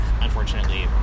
unfortunately